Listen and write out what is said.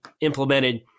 implemented